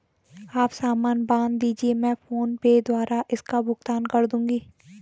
आप सामान बांध दीजिये, मैं फोन पे द्वारा इसका भुगतान कर दूंगी